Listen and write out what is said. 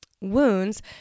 wounds